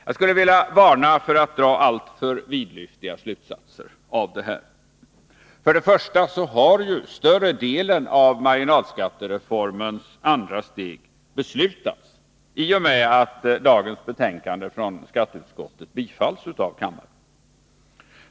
Jag skulle vilja varna för att dra alltför vidlyftiga slutsatser av detta. För det första kommer större delen av marginalskattereformens andra steg att beslutas i och med att dagens betänkande från skatteutskottet bifalles av kammaren.